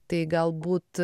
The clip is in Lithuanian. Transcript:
tai galbūt